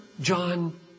John